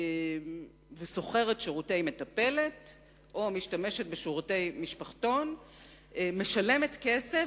ושוכרת שירותי מטפלת או משתמשת בשירותי משפחתון משלמת כסף,